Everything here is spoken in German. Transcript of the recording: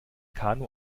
kanu